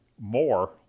more